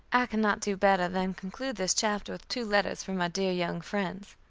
i can not do better than conclude this chapter with two letters from my dear young friends,